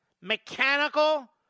mechanical